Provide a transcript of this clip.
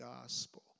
gospel